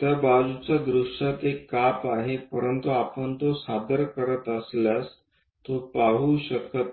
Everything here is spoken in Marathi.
त्या बाजूच्या दृश्यात एक काप आहे परंतु आपण तो सादर करत असल्यास तो पाहू शकत नाही